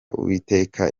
uwiteka